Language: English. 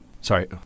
Sorry